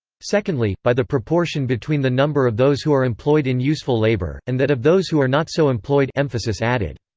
secondly, by the proportion between the number of those who are employed in useful labour, and that of those who are not so employed emphasis added.